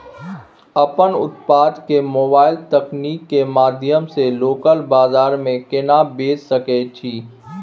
अपन उत्पाद के मोबाइल तकनीक के माध्यम से लोकल बाजार में केना बेच सकै छी?